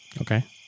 Okay